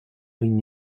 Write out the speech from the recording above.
been